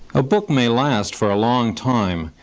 a book may last for a long time,